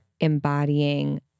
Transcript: embodying